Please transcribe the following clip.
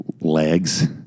legs